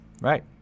Right